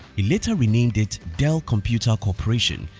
he later renamed it dell computer corp.